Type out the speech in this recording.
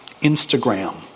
Instagram